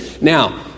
now